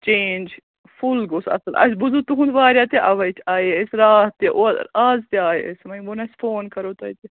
change فُل گوٚژھ اَصٕل اَسہِ بوٗزُو تُہُنٛد واریاہ تہِ اَوَے تہِ آیے أسۍ راتھ تہِ او آز تہِ آے أسۍ وۄنۍ ووٚن اَسہِ فون کرو تۄہہِ تہِ